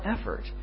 effort